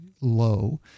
low